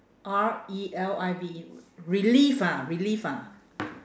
R E L I V E relive ah relive ah